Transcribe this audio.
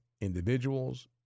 individuals